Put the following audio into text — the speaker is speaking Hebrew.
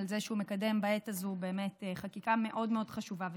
על זה שהוא מקדם בעת הזאת חקיקה מאוד מאוד חשובה ודחופה.